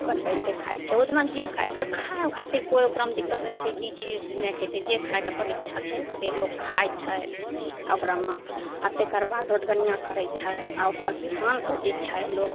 बनबै छै खाइ छै ओहि दिना जे खाके खाइ खातिर कोइ ओकरामे दिक्कत नहि छै कि ई चीज ओ चीज नहि खएतै जे खाइके अपन इच्छा छै से अपन लोक खाइ छै ओकरामे आओर तकर बाद ओठगनिआ करै छै आओर ओकर बिहानके जे छै लोक